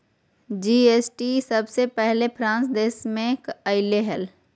GST सबसे पहले France देश मे अइले हल